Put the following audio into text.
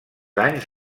anys